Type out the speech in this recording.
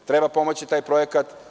Treba pomoći taj projekat.